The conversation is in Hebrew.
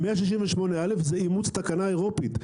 168א זה אימוץ תקנה אירופית.